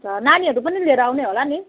अन्त नानीहरू पनि लिएर आउने होला नि